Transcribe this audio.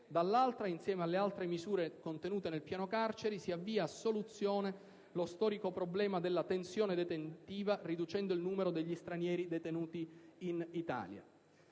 dall'altra, insieme alle altre misure contenute nel piano carceri, si avvia a soluzione lo storico problema della tensione detentiva, riducendo il numero degli stranieri detenuti in Italia.